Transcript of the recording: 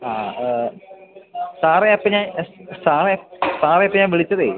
ആ സാറേ ആ പിന്നെ സാറെ സാറെ ഇപ്പോൾ ഞാൻ വിളിച്ചതേ